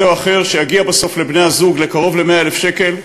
או אחר שיגיע בסוף לבני-הזוג לקרוב ל-100,000 שקל,